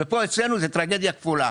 ופה אצלנו זאת טרגדיה כפולה.